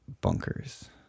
bunkers